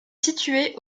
situé